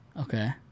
Okay